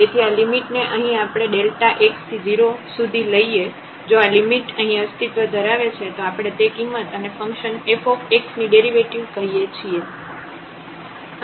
તેથી આ લિમિટ ને અહીં આપણે x→0 લઈએ જો આ લિમિટ અહીં અસ્તિત્વ ધરાવે છે તો આપણે તે કિંમત અને ફંકશન fx ની ડેરિવેટિવ કહીએ છીએ